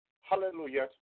Hallelujah